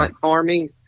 farming